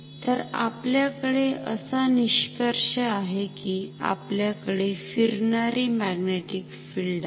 तर आपल्याकडे असा निष्कर्ष आहे कि आपल्याकडे फिरणारी मॅग्नेटिक फिल्ड आहे